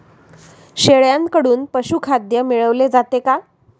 शेळ्यांकडून पशुखाद्य मिळवले जाते का?